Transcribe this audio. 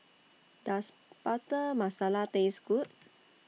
Does Butter Masala Taste Good